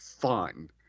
fun